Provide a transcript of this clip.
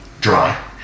dry